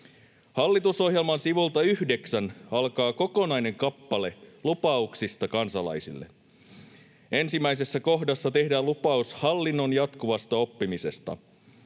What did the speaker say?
Hallitusohjelman sivulta yhdeksän alkaa kokonainen kappale lupauksista kansalaisille. Ensimmäisessä kohdassa tehdään lupaus hallinnon jatkuvasta oppimisesta.